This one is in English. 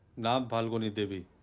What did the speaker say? name phalugni devi.